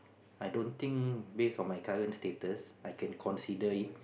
I don't think based on my current status I can consider it